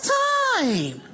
time